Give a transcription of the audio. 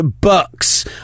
bucks